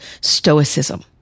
stoicism